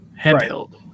handheld